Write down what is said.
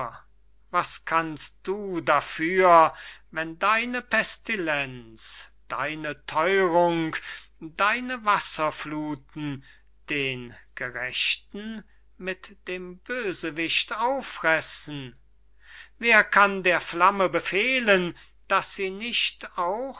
was kannst du dafür wenn deine pestilenz deine theurung deine wasserfluten den gerechten mit dem bösewicht auffressen wer kann der flamme befehlen daß sie nicht